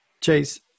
Chase